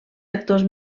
actors